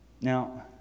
Now